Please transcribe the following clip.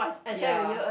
ya